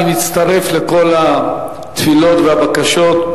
אני מצטרף לכל התפילות והבקשות.